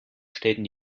stellten